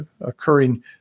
occurring